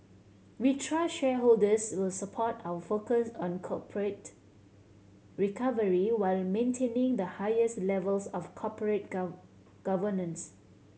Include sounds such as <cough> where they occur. we trust shareholders will support our focus on corporate recovery while maintaining the highest levels of corporate <unintelligible> governance